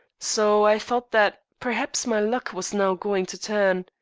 so i thought that perhaps my luck was now going to turn.